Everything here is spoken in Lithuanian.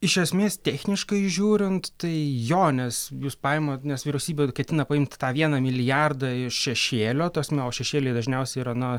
iš esmės techniškai žiūrint tai jo nes jūs paimat nes vyriausybė ketina paimti tą vieną milijardą iš šešėlio ta prasme o šešėliai dažniausiai yra na